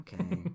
Okay